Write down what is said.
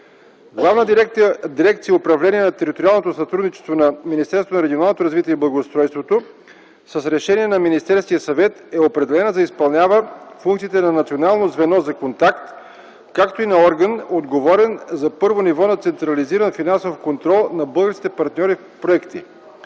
Главна дирекция „Управление на териториалното сътрудничество” на Министерството на регионалното развитие и благоустройството, с решение на Министерския съвет, е определена да изпълнява функциите на Национално звено за контакт, както и на орган, отговорен за първо ниво на централизиран финансов контрол на българските партньори в проекти.